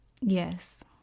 Yes